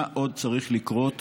מה עוד צריך לקרות